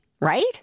right